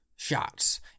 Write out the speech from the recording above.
Shots